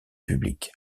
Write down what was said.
public